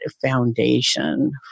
foundation